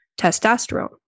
testosterone